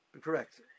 Correct